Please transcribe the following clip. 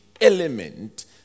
element